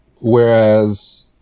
Whereas